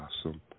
Awesome